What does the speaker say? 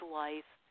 life